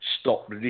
stop